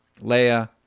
Leia